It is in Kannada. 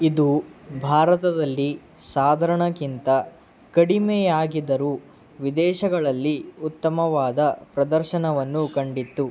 ಇದು ಭಾರತದಲ್ಲಿ ಸಾಧರಣಕ್ಕಿಂತ ಕಡಿಮೆಯಾಗಿದ್ದರು ವಿದೇಶಗಳಲ್ಲಿ ಉತ್ತಮವಾದ ಪ್ರದರ್ಶನವನ್ನು ಕಂಡಿತ್ತು